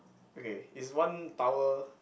okay is one tower